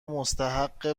مستحق